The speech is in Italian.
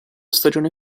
stagione